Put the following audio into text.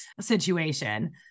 situation